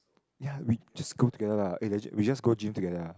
ya we just go together lah eh legit we just go gym together lah